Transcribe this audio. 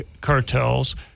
cartels